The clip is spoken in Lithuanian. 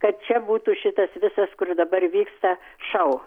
kad čia būtų šitas visas kur dabar vyksta šou